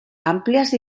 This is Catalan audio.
àmplies